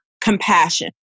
compassion